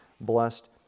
blessed